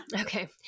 Okay